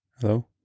hello